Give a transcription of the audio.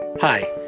Hi